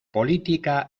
política